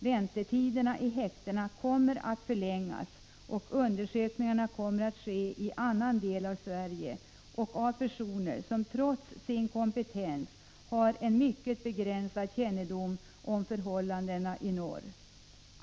Väntetiderna i häktena kommer att förlängas, och undersökningarna kommer att ske i en annan del av Sverige och av personer som, trots sin kompetens, har en mycket begränsad kännedom om förhållandena i norr.